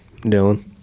Dylan